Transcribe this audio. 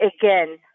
again